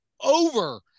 over